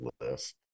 list